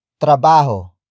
Trabajo